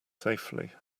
safely